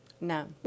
No